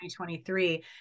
2023